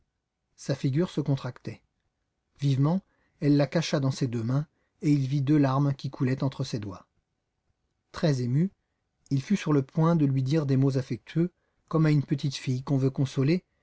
sa figure se contractait vivement elle la cacha dans ses deux mains et il vit deux larmes qui coulaient entre ses doigts très ému il fut sur le point de lui dire des mots affectueux comme à une petite fille qu'on veut consoler